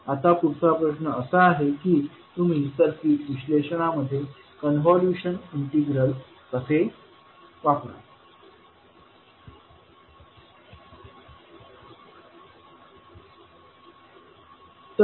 आता पुढचा प्रश्न असा आहे की तुम्ही सर्किट विश्लेषणामध्ये कॉन्व्होल्यूशन इंटिग्रल कसे वापराल